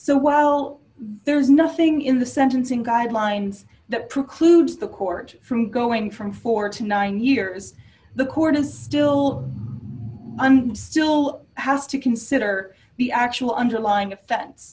so well there is nothing in the sentencing guidelines that precludes the court from going from four to nine years the court is still under still has to consider the actual underlying offense